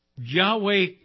Yahweh